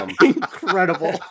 Incredible